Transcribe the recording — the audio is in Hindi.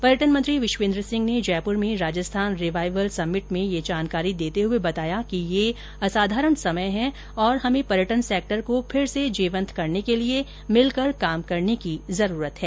पर्यटन मंत्री विश्वेंद्र सिंह ने जयपूर में राजस्थान रीवाइवल समिट में ये जानकारी देते हुए बताया कि यह असाधारण समय है और हमें पर्यटन र्सेक्टर को फिर से जीवंत करने के लिए मिलकर काम करने की जरूरत है